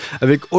avec